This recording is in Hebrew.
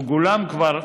מגולם כבר.